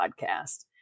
podcast